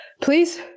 Please